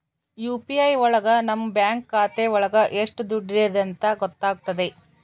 UPI ಒಳಗ ನಮ್ bank ಖಾತೆ ಒಳಗ ಎಷ್ಟ್ ದುಡ್ಡಿದೆ ಅಂತ ಗೊತ್ತಾಗ್ತದೆ